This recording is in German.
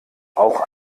auch